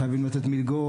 חייבים לתת מלגות,